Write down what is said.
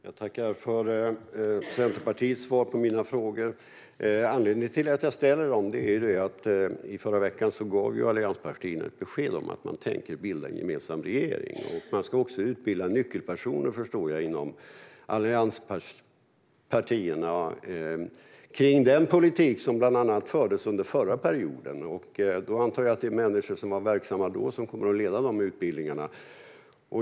Fru talman! Jag tackar för Centerpartiets svar på mina frågor. Jag ställde dem eftersom allianspartierna i förra veckan gav besked om att man tänker bilda en gemensam regering. Vad jag förstår ska allianspartierna också utbilda nyckelpersoner om den politik som bland annat fördes under förra perioden. Jag antar att det kommer att vara personer som var verksamma då som kommer att leda de utbildningarna.